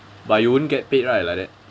but you wouldn't get paid right like that